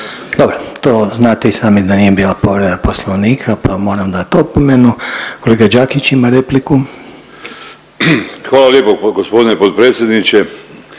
Dobro. To znate i sami da nije bila povreda Poslovnika, pa moram dati opomenu. Kolega Đakić ima repliku. **Đakić, Josip (HDZ)** Hvala lijepo gospodine potpredsjedniče,